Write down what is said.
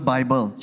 Bible